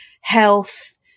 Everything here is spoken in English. health